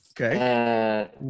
Okay